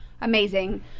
Amazing